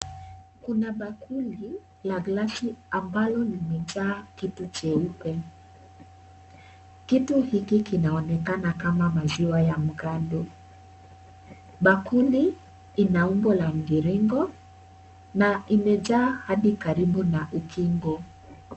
Kuna bakuli la glasi ambalo limejaa kitu cheupe. Kitu hiki kinaonekana kama maziwa ya mgando. Bakuli ina umbo la mviringo na imejaa hadi karibu na ukingo.